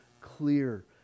clear